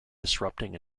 disrupting